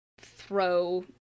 throw